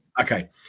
okay